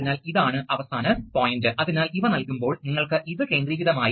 അതിനാൽ ഇത് പൂർണ്ണമായും അടച്ചിരുന്നുവെങ്കിൽ എന്താണ് സമ്മർദ്ദം